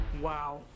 Wow